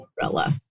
umbrella